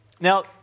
Now